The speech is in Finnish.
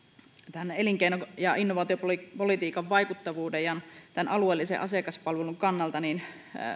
tämän elinkeino ja innovaatiopolitiikan vaikuttavuuden ja alueellisen asiakaspalvelun kannalta